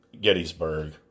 Gettysburg